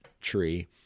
tree